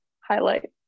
highlight